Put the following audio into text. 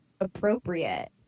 appropriate